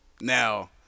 Now